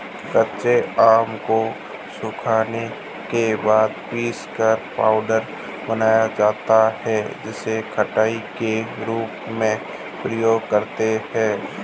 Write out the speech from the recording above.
कच्चे आम को सुखाने के बाद पीसकर पाउडर बनाया जाता है जिसे खटाई के रूप में प्रयोग करते है